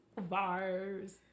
Bars